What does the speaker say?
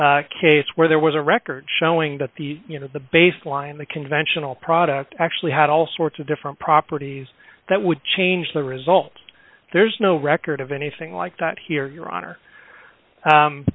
case where there was a record showing that the you know the baseline the conventional product actually had all sorts of different properties that would change the result there's no record of anything like that here your honor